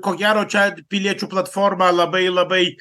ko gero čia piliečių platforma labai labai